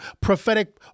Prophetic